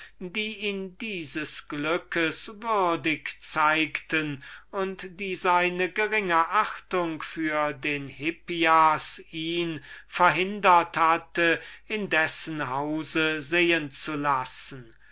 dieses glück würdig zeigten und die seine geringe achtung für den hippias ihn verhindert hatte in dessen hause sehen zu lassen